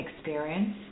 experience